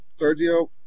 Sergio